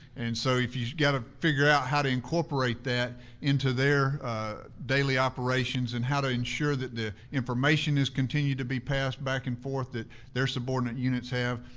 and so you've you've got to figure out how to incorporate that into their daily operations and how to ensure that the information is continued to be passed back and forth, that their subordinate units have.